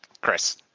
Chris